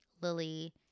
Lily